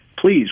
please